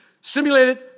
simulated